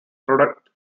product